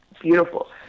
beautiful